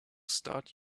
start